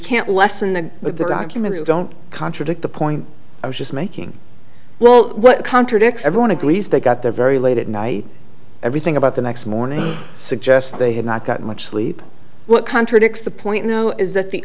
can't lessen the but the documents don't contradict the point i was just making well what contradicts everyone agrees they got their very late at night everything about the next morning suggest they have not gotten much sleep what contradicts the point though is that the